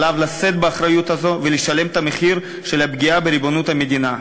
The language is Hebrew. ועליו לשאת באחריות הזאת ולשלם את המחיר של הפגיעה בריבונות המדינה.